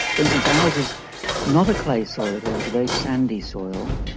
for instance, ours is not a clay soil at all, it's a very sandy soil.